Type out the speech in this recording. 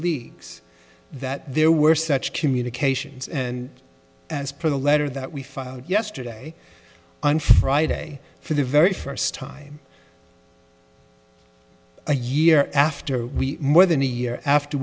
leagues that there were such communications and as per the letter that we filed yesterday on friday for the very first time a year after we more than a year after